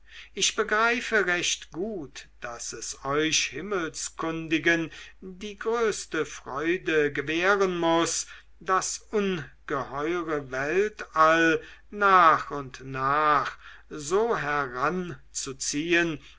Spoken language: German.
ich begreife recht gut daß es euch himmelskundigen die größte freude gewähren muß das ungeheure weltall nach und nach so heranzuziehen